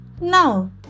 Now